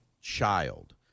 child